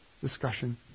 discussion